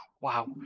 Wow